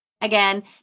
Again